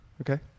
Okay